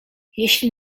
jeśli